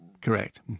Correct